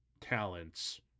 talents